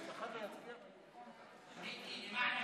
מיקי, למעלה